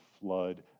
flood